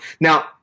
now